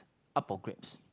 up for grabs